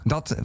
Dat